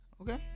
okay